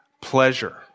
Pleasure